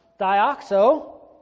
dioxo